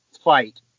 fight